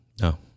no